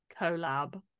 collab